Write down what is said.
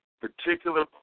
particular